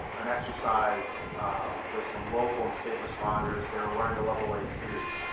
an exercise with some local and state responders. they were wearing the level a suits,